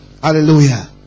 Hallelujah